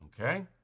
Okay